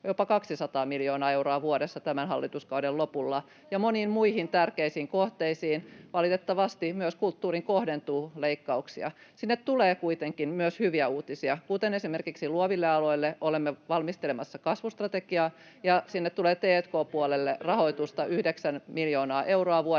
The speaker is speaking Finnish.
jopa 200 miljoonaa euroa vuodessa tämän hallituskauden lopulla ja moniin muihin tärkeisiin kohteisiin, valitettavasti myös kulttuuriin kohdentuu leikkauksia. Sinne tulee kuitenkin myös hyviä uutisia, kuten esimerkiksi luoville aloille olemme valmistelemassa kasvustrategiaa, ja sinne tulee t&k-puolelle rahoitusta yhdeksän miljoonaa euroa vuodessa,